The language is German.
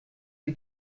sie